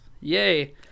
Yay